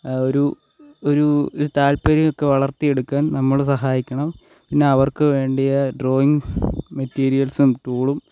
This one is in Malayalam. ആ ഒരു ഒരു താത്പര്യം ഒക്കെ വളർത്തിയെടുക്കാൻ നമ്മൾ സഹായിക്കണം പിന്നെ അവർക്ക് വേണ്ടിയ ഡ്രോയിങ് മെറ്റീരിയൽസും ടൂളും